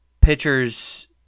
pitchers